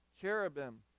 cherubim